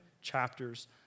chapters